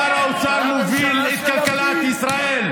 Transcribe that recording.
שר האוצר מוביל את כלכלת ישראל,